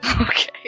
okay